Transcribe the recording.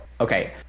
Okay